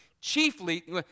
Chiefly